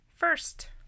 first